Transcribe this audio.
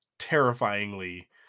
terrifyingly